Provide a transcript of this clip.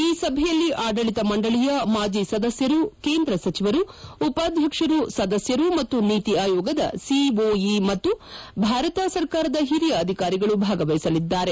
ಈ ಸಭೆಯಲ್ಲಿ ಆಡಳಿತ ಮಂಡಳಿಯ ಮಾಜಿ ಸದಸ್ನರು ಕೇಂದ್ರ ಸಚಿವರು ಉಪಾಧ್ಯಕ್ಷರು ಸದಸ್ನರು ಮತ್ತು ನೀತಿ ಆಯೋಗದ ಸಿಒಇ ಮತ್ತು ಭಾರತ ಸರ್ಕಾರದ ಹಿರಿಯ ಅಧಿಕಾರಿಗಳು ಭಾಗವಹಿಸಲಿದ್ದಾರೆ